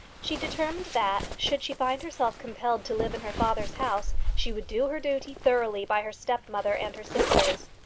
she determined that, should she find herself compelled to live in her father's house, she would do her duty thoroughly by her stepmother and her sisters.